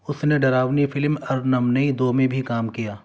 اس نے ڈراؤنی فلم ارنمنئی دو میں بھی کام کیا